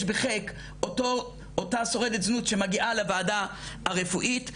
בחייק אותה שורדת זנות שמגיעה לוועדה הרפואית,